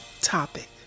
topic